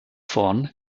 vorn